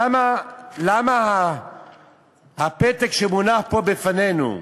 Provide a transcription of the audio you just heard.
למה הפתק שמונח פה בפנינו,